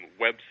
website